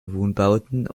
wohnbauten